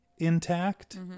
intact